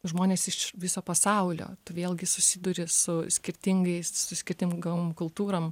žmonės iš viso pasaulio tu vėlgi susiduri su skirtingais su skirtingom kultūrom